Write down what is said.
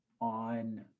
on